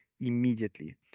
immediately